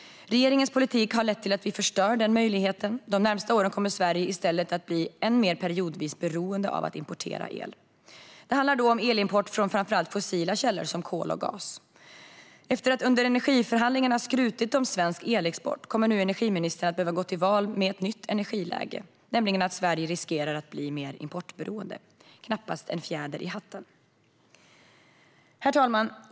Regeringens politik har lett till att vi förstör den möjligheten. De närmaste åren kommer Sverige i stället att periodvis bli ännu mer beroende av att importera el. Det handlar då om elimport från framför allt fossila källor som kol och gas. Efter att under energiförhandlingarna ha skrutit om svensk elexport kommer energiministern nu att tvingas gå till val med ett nytt energiläge, nämligen att Sverige riskerar att bli mer importberoende. Det är knappast en fjäder i hatten. Herr talman!